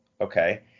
okay